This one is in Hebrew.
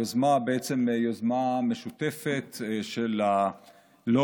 היוזמה היא בעצם יוזמה משותפת של הלובי